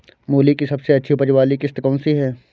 मूली की सबसे अच्छी उपज वाली किश्त कौन सी है?